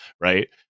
right